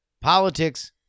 politics